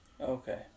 Okay